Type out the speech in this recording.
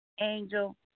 Angel